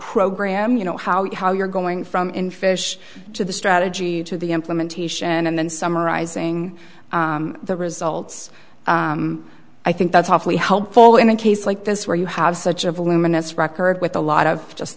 program you know how you how you're going from in fish to the strategy to the implementation and then summarizing the results i think that's awfully helpful in a case like this where you have such a voluminous record with a lot of just